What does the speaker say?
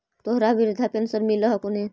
तोहरा वृद्धा पेंशन मिलहको ने?